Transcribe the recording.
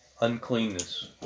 uncleanness